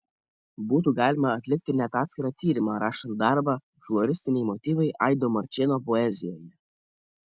būtų galima atlikti net atskirą tyrimą rašant darbą floristiniai motyvai aido marčėno poezijoje